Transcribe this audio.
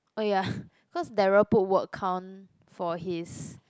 oh ya cause Daryl put work count for his